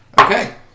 Okay